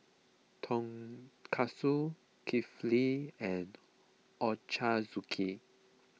Tonkatsu Kulfi and Ochazuke